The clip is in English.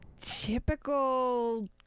typical